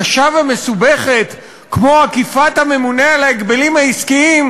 קשה ומסובכת כמו עקיפת הממונה על ההגבלים העסקיים,